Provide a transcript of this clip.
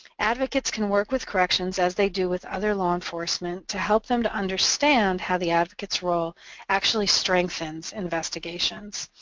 advocates can work with corrections as they do with other law enforcement to help them to understand how the advocate's role actually strengthens investigations.